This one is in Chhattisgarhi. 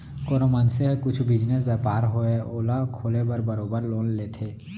कोनो मनसे ह कुछु बिजनेस, बयपार होवय ओला खोले बर बरोबर लोन लेथे